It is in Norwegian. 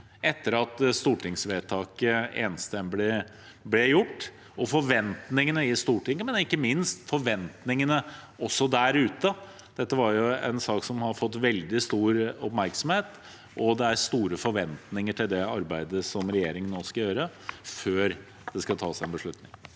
etter at stortingsvedtaket enstemmig ble gjort – forventningene i Stortinget, og ikke minst forventningene der ute. Dette er en sak som har fått veldig stor oppmerksomhet, og det er store forventninger til det arbeidet regjeringen nå skal gjøre, før det skal tas en beslutning.